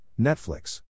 Netflix